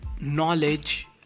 knowledge